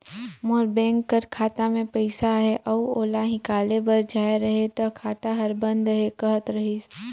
मोर bank कर खाता में पइसा अहे अउ ओला हिंकाले बर जाए रहें ता खाता हर बंद अहे कहत रहिस